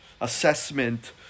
assessment